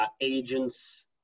agents